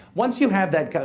once you have that,